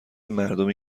مردمی